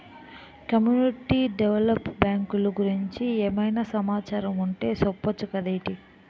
community develop బ్యాంకులు గురించి ఏమైనా సమాచారం ఉంటె చెప్పొచ్చు కదేటి